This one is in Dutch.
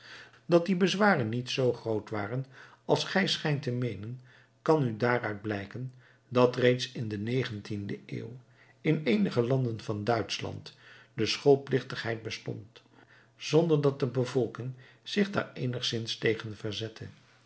dat die bezwaren niet zoo groot waren als gij schijnt te meenen kan u daaruit blijken dat reeds in de negentiende eeuw in eenige landen van duitschland de schoolplichtigheid bestond zonder dat de bevolking zich daar eenigzins tegen verzette